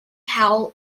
howl